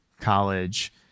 college